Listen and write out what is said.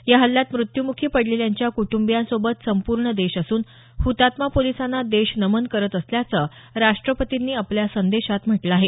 या हल्ल्यात मृत्यूमुखी पडलेल्यांच्या कुटुंबियांसोबत संपूर्ण देश असून हुतात्मा पोलिसांना देश नमन करत असल्याचं राष्ट्रपतींनी आपल्या संदेशात म्हटलं आहे